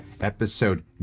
episode